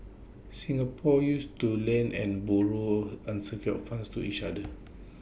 Singapore use to lend and borrow unsecured funds to each other